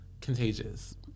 contagious